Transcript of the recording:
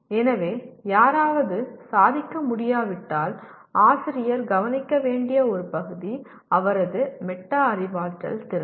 எனவே யாராவது சாதிக்க முடியாவிட்டால் ஆசிரியர் கவனிக்க வேண்டிய ஒரு பகுதி அவரது மெட்டா அறிவாற்றல் திறன்